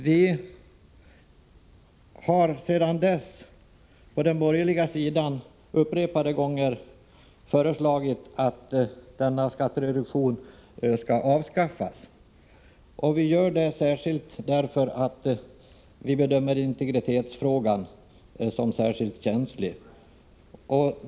Vi på den borgerliga sidan har sedan dess upprepade gånger föreslagit att denna skattereduktion skall avskaffas. Vi gör det därför att vi bedömer integritetsfrågan som särskilt känslig.